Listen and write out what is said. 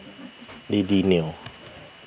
Lily Neo